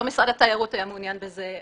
לא משרד התיירות היה מעוניין בזה.